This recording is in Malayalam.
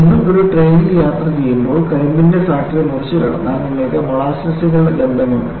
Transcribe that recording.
നിങ്ങൾ ഒരു ട്രെയിനിൽ യാത്ര ചെയ്യുമ്പോൾ കരിമ്പിന്റെ ഫാക്ടറി മുറിച്ചുകടന്നാൽ നിങ്ങൾക്ക് മോളാസസുകളുടെ ഗന്ധമുണ്ട്